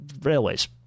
railways